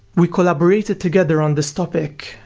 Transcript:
we collaborated together on this topic,